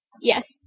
Yes